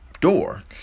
door